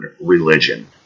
religion